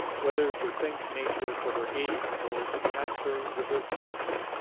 whether to thank nature for her aid or to tax her with her cruelty.